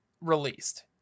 released